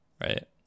right